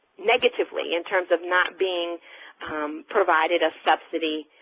negatively in terms of not being provided a subsidy,